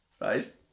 Right